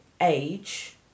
age